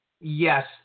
yes